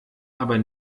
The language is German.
aber